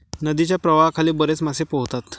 नदीच्या प्रवाहाखाली बरेच मासे पोहतात